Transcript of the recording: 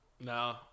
No